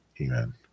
Amen